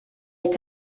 est